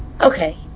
Okay